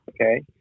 Okay